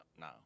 No